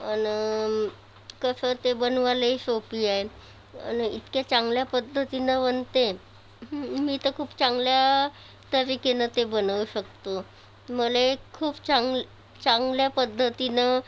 आणि कसं ते बनवायलाही सोपी आहे आणि इतके चांगल्या पद्धतीनं बनते मी तर खूप चांगल्या तरीखेनं ते बनवू शकतो मला खूप चांग चांगल्या पद्धतीनं